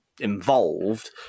involved